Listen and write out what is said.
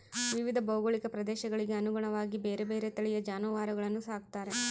ವಿವಿಧ ಭೌಗೋಳಿಕ ಪ್ರದೇಶಗಳಿಗೆ ಅನುಗುಣವಾಗಿ ಬೇರೆ ಬೇರೆ ತಳಿಯ ಜಾನುವಾರುಗಳನ್ನು ಸಾಕ್ತಾರೆ